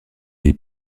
des